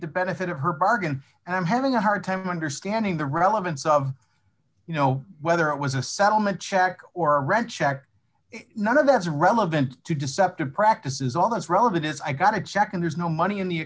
the benefit of her bargain and i'm having a hard time understanding the relevance of you know whether it was a settlement check or a rent check none of that's relevant to deceptive practices all that's relevant is i got a check and there's no money in the